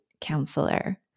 counselor